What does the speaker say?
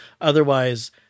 Otherwise